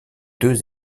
deux